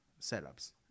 setups